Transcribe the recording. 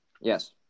Yes